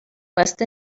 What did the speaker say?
west